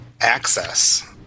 access